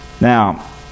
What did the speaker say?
Now